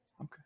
Okay